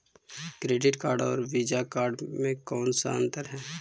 Credit card और Visa card मे कौन अन्तर है?